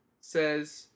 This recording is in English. says